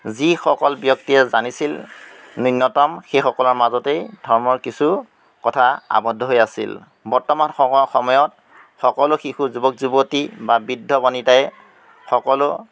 যিসকল ব্যক্তিয়ে জানিছিল ন্যূনতম সেইসকলৰ মাজতেই ধৰ্মৰ কিছু কথা আবদ্ধ হৈ আছিল বৰ্তমান সময় সময়ত সকলো শিশু যুৱক যুৱতী বা বৃদ্ধ বনিতাই সকলো